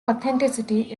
authenticity